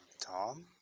Tom